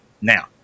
Now